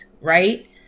right